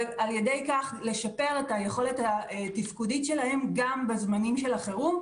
ועל ידי כך לשפר את היכולת התפקודית שלהם גם בזמנים של החירום,